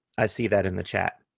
i see that in the chat.